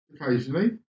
occasionally